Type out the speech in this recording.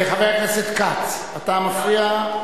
חבר הכנסת כץ, אתה מפריע.